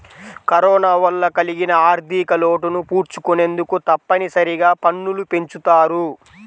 corona వల్ల కలిగిన ఆర్ధికలోటును పూడ్చుకొనేందుకు తప్పనిసరిగా పన్నులు పెంచుతారు